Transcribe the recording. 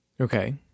Okay